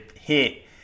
hit